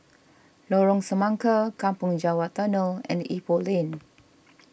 Lorong Semangka Kampong Java Tunnel and Ipoh Lane